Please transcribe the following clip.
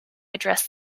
address